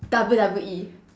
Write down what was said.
W_W_E